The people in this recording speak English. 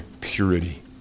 purity